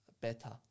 better